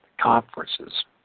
Conferences